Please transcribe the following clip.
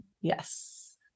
Yes